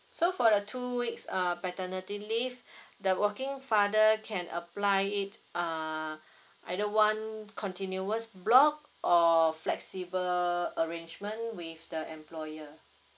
so for the two weeks uh paternity leave the working father can apply it uh either one continuous block or flexible arrangement with the employer